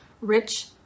Rich